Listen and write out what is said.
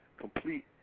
complete